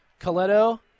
Coletto